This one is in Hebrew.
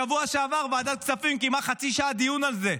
בשבוע שעבר ועדת כספים קיימה חצי שעה דיון על זה.